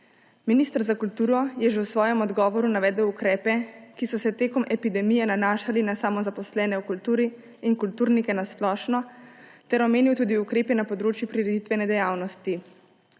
Minister za kulturo je že v svojem odgovoru navedel ukrepe, ki so se tekom epidemije nanašali na samozaposlene v kulturi in kulturnike splošno, ter omenil tudi ukrepe na področju prireditvene dejavnosti.